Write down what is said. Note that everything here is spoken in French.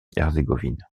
herzégovine